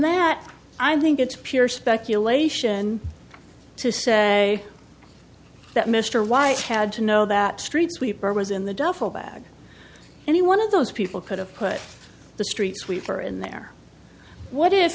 that i think it's pure speculation to say that mr wyatt had to know that street sweeper was in the duffel bag and he one of those people could have put the street sweeper in there what i